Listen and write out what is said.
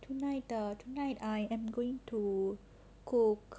tonight tonight I am going to cook